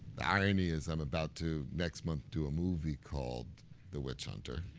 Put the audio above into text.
the irony is i'm about to, next month, do a movie called the witch hunter.